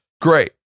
Great